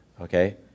okay